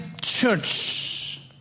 church